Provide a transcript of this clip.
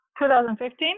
2015